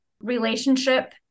relationship